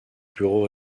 bureau